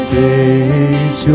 days